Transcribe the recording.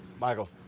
Michael